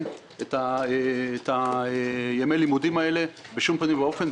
את ימי הלימודים האלה בשום פנים ואופן,